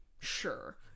sure